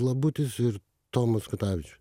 labutis ir tomas kutavič